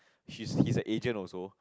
she he's a agent also